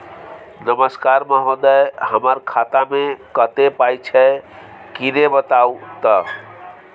नमस्कार महोदय, हमर खाता मे कत्ते पाई छै किन्ने बताऊ त?